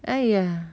!aiya!